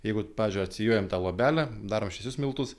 jeigu pavyzdžiui atsijojam tą luobelę darom šviesius miltus